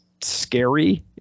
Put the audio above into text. scary